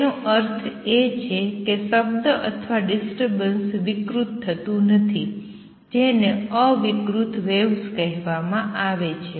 તેનો અર્થ એ કે શબ્દ અથવા ડિસ્ટર્બન્સ વિકૃત થયું નથી જેને અવિકૃત વેવ્સ કહેવામાં આવે છે